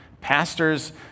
Pastors